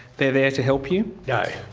they're there to help you? no.